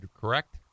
correct